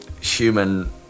human